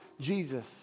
Jesus